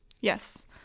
Yes